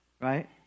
right